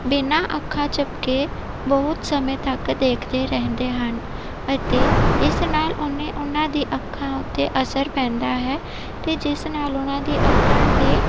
ਬਿਨਾਂ ਅੱਖਾਂ ਝਪਕੇ ਬਹੁਤ ਸਮੇਂ ਤੱਕ ਦੇਖਦੇ ਰਹਿੰਦੇ ਹਨ ਅਤੇ ਇਸ ਨਾਲ ਉਹਨੇ ਉਹਨਾਂ ਦੀ ਅੱਖਾਂ ਉੱਤੇ ਅਸਰ ਪੈਂਦਾ ਹੈ ਅਤੇ ਜਿਸ ਨਾਲ ਉਹਨਾਂ ਦੀ ਅੱਖਾਂ 'ਤੇ